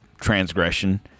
transgression